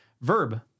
verb